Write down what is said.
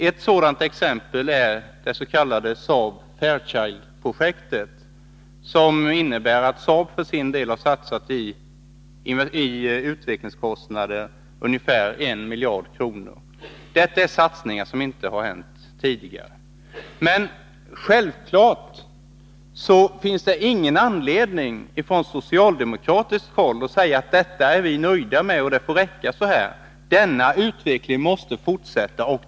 Ett exempel är det s.k. Saab Fairchild-projektet som innebär att Saab för sin del har satsat ungefär 1 miljard kronor i utvecklingskostnader. Detta är satsningar som inte har skett tidigare. Men självfallet finns det inte någon anledning för oss socialdemokrater att säga att vi är nöjda med detta. Att det kan räcka. Denna utveckling måste fortsätta.